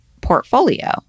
portfolio